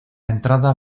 entrada